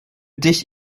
dich